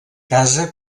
casa